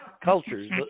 cultures